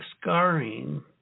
scarring